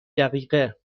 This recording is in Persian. دقیقه